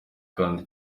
kandi